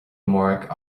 amárach